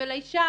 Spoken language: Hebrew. ולאישה